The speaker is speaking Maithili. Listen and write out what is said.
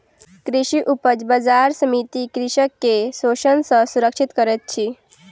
कृषि उपज बजार समिति कृषक के शोषण सॅ सुरक्षित करैत अछि